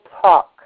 Talk